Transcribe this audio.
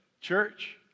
Church